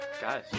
Guys